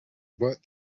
but